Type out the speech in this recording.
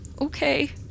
okay